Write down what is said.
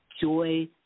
joy